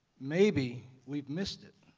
maybe we've missed it.